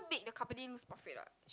make the company lose profit what